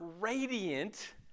radiant